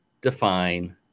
define